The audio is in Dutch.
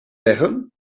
leggen